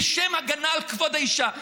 בשם הגנה על כבוד האישה,